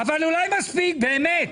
אבל אולי מספיק, באמת.